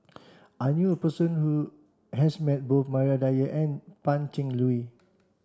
I knew a person who has met both Maria Dyer and Pan Cheng Lui